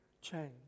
change